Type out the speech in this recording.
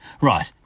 Right